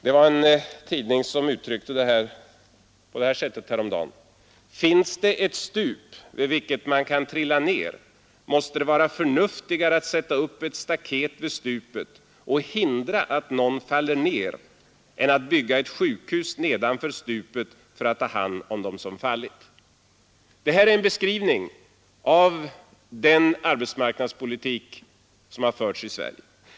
I en tidning uttrycktes detta häromdagen på det här sätter: ”Finns det ett stup vid vilket man kan trilla ned, måste det vara förnuftigare att sätta upp ett staket vid stupet och hindra att någon faller ner än att bygga ett sjukhus nedanför stupet för att ta hand om dem som fallit.” Detta är en beskrivning av den arbetsmarknadspolitik som har förts i Sverige.